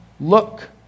Look